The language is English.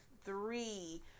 three